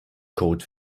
code